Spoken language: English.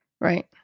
right